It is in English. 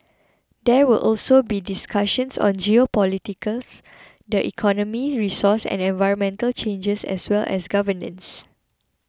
there will also be discussions on geopolitics the economy resource and environmental changes as well as governance